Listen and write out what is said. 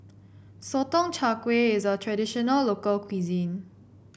Sotong Char Kway is a traditional local cuisine